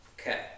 Okay